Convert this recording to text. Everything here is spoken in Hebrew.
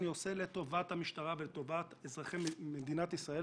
אני עושה לטובת המשטרה ולטובת אזרחי מדינת ישראל,